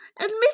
admit